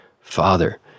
father